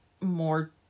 more